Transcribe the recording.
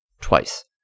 twice